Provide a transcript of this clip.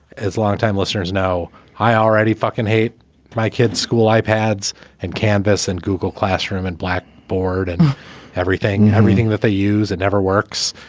as longtime listeners know, i already fucking hate my kids school. i pads and canvas and google classroom and blackboard and everything i'm reading that they use. it never works.